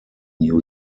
new